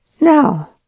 Now